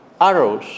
arrows